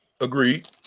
Agreed